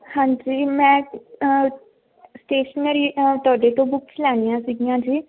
ਹਾਂਜੀ ਮੈਂ ਸਟੇਸ਼ਨਰੀ ਤੁਹਾਡੇ ਤੋਂ ਬੁਕਸ ਲੈਣੀਆਂ ਸੀਗੀਆਂ ਜੀ